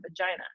vagina